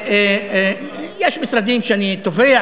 יש משרדים שאני תובע,